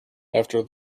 after